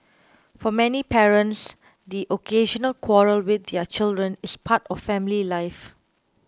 for many parents the occasional quarrel with their children is part of family life